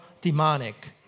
Demonic